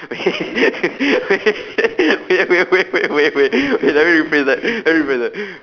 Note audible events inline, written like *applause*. eh wait *laughs* wait wait wait wait wait wait let me rephrase that let me rephrase that